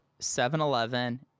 7-Eleven